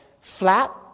flat